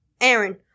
Aaron